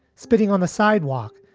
spitting on the sidewalk.